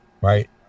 Right